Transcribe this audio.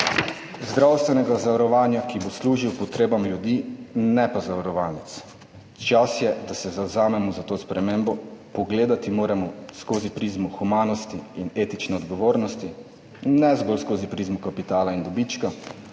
zdravstvenega zavarovanja, ki bo služil potrebam ljudi, ne pa zavarovalnic. Čas je, da se zavzamemo za to spremembo. Pogledati moramo skozi prizmo humanosti in etične odgovornosti, ne zgolj skozi prizmo kapitala in dobička.